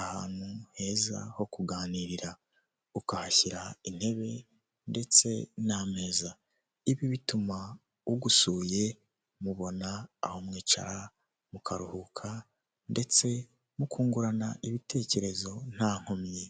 ahantu heza ho kuganirira, ukahashyira intebe ndetse n'ameza, ibi bituma ugusuye mubona aho mwicara mukaruhuka ndetse mukungurana ibitekerezo nta nkomyi.